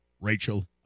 Rachel